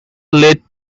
led